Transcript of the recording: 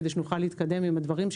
כדי שנוכל להתקדם עם הדברים,